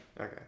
okay